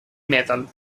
metal